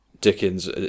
dickens